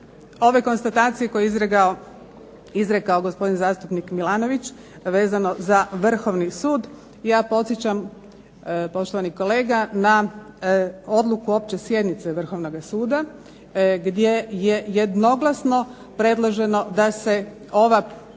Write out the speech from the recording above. ove konstatacije koje je izrekao gospodin zastupnik MIlanović, vezano za Vrhovni sud, ja podsjećam poštovani kolega na odluku Opće sjednice Vrhovnoga suda gdje je jednoglasno predloženo da se ova predviđena